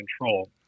control